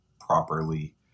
properly